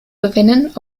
gewinnen